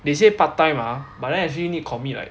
they say pad thai mah but then I see need commit like